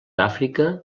àfrica